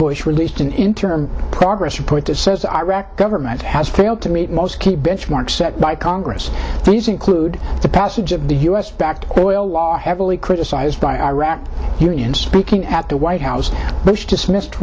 bush released an interim progress report that says the iraqi government has failed to meet most key benchmarks set by congress these include the passage of the u s backed oil law heavily criticized by iraq unions speaking at the white house bush dismissed